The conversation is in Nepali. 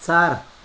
चार